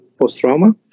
post-trauma